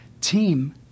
team